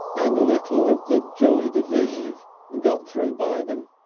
and little of the joy de vive got through by them.